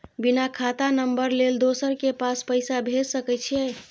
बिना खाता नंबर लेल दोसर के पास पैसा भेज सके छीए?